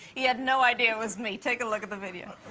he had no idea it was me. take a look at the video.